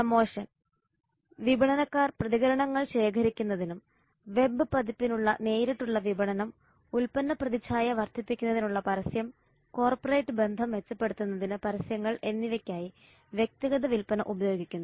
promotion വിപണനക്കാർ പ്രതികരണങ്ങൾ ശേഖരിക്കുന്നതിനും വെബ് പതിപ്പിനുള്ള നേരിട്ടുള്ള വിപണനം ഉൽപ്പന്ന പ്രതിച്ഛായ വർദ്ധിപ്പിക്കുന്നതിനുള്ള പരസ്യം കോർപ്പറേറ്റ് ബന്ധം മെച്ചപ്പെടുത്തുന്നതിന് പരസ്യങ്ങൾ എന്നിവയ്ക്കായി വ്യക്തിഗത വിൽപ്പന ഉപയോഗിക്കുന്നു